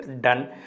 done